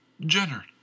Jenner